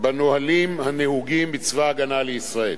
בנהלים הנהוגים בצבא-הגנה לישראל.